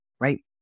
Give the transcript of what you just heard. right